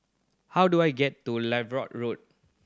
how do I get to Road